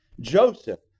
Joseph